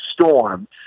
storm